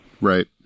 Right